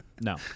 No